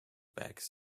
back